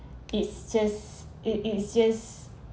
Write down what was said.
it's just it is just